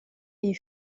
iyi